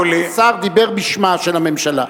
השר דיבר בשמה של הממשלה.